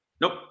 Nope